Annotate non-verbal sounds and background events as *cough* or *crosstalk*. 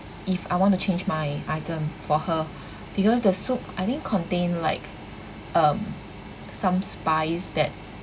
if I want to change my item for her *breath* because the soup I think contain like um some spice that